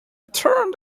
turned